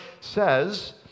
says